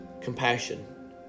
compassion